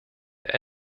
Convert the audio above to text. der